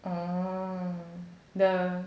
orh the